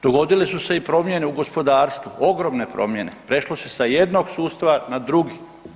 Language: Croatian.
Dogodili su se i promjene u gospodarstvu, ogromne promjene, prešlo se sa jednog sustava na drugi.